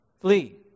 Flee